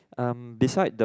um beside the